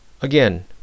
again